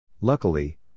Luckily